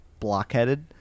blockheaded